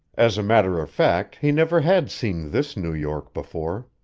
as a matter of fact, he never had seen this new york before.